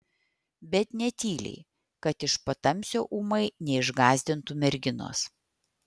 bet ne tyliai kad iš patamsio ūmai neišgąsdintų merginos